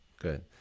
Good